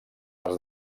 els